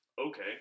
okay